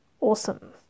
awesome